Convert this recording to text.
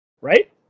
right